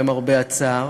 למרבה הצער,